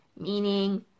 meaning